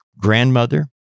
grandmother